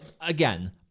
Again